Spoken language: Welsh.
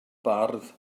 bardd